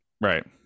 Right